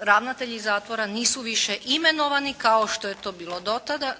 Ravnatelji zatvora nisu više imenovani kao što je to bilo